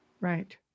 right